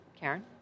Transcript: Karen